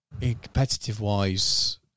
Competitive-wise